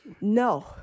no